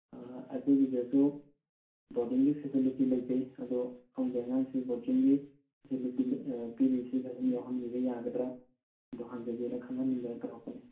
ꯑꯩꯈꯣꯏꯒꯤꯁꯤꯗꯁꯨ ꯕꯣꯔꯗꯤꯡꯒꯤ ꯐꯦꯁꯤꯂꯤꯇꯤ ꯂꯩꯖꯩ ꯑꯗꯣ ꯁꯣꯝꯒꯤ ꯑꯉꯥꯡꯁꯤ ꯕꯣꯔꯗꯤꯡꯒꯤ ꯐꯦꯁꯤꯂꯤꯇꯤ ꯄꯤꯔꯤꯁꯤꯗ ꯑꯗꯨꯝ ꯌꯥꯎꯍꯟꯕꯤꯕ ꯌꯥꯒꯗ꯭ꯔꯥ ꯑꯗꯣ ꯍꯪꯖꯒꯦꯅ ꯈꯪꯍꯟꯅꯤꯡꯗꯅ ꯇꯧꯔꯛꯄꯅꯦ